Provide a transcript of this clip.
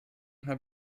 habe